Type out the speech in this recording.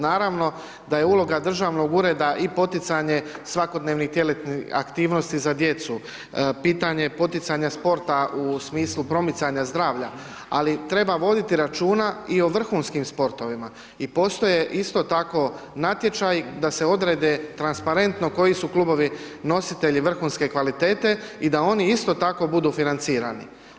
Naravno da je uloga državnog ureda i poticanje svakodnevnih tjelesnih aktivnosti za djecu, pitanje poticanja sporta u smislu promicanja zdravlja ali treba voditi računa i o vrhunskim sportovima i postoje isto tako natječaji da se odredbe transparentno koji su klubovi nositelji vrhunske kvalitete i da oni isto tako budu financirani.